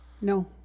No